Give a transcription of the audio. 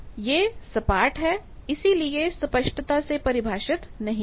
यह सपाट है इसीलिए स्पष्टता से परिभाषित नहीं है